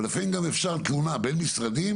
אבל לפעמים גם אפשר תלונה בין משרדים,